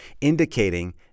indicating